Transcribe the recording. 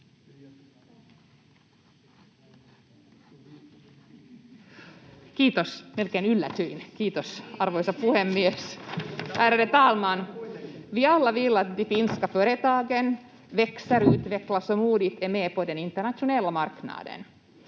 Kiitos! Melkein yllätyin. Kiitos, arvoisa puhemies! Ärade talman! Vi vill alla att de finska företagen växer, utvecklas och modigt är med på den internationella marknaden.